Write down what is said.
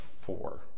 four